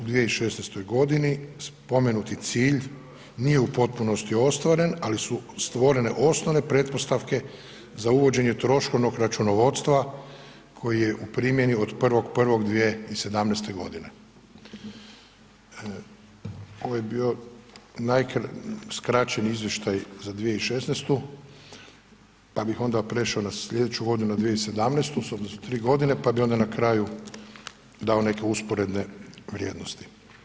U 2016.g. spomenuti cilj nije u potpunosti ostvaren, ali su stvorene osnovne pretpostavke za uvođenje troškovnog računovodstva koji je u primjeni od 1.1.2017.g. Ovo je bio skraćeni izvještaj za 2016., pa bih onda prešao na slijedeću godinu, na 2017. s obzirom da su 3.g., pa bi onda na kraju dao neke usporedne vrijednosti.